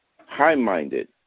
high-minded